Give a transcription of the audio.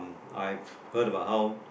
I've heard about how